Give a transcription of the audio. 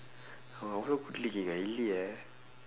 அவன் ஒன்னு:avan onnu இல்லையே:illaiyee